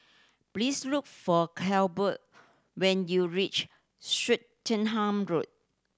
please look for Colbert when you reach Swettenham Road